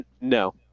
No